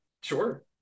sure